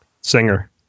Singer